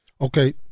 Okay